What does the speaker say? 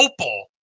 Opal